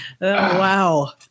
wow